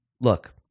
look